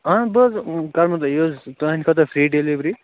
اَہن بہٕ حظ کَرو تۄہہِ یہِ حظ تُہٕنٛدِ خٲطرٕ فری ڈیلوٕری